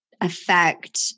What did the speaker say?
affect